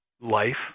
life